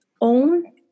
own